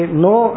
no